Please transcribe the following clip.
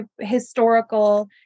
historical